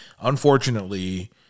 Unfortunately